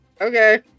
Okay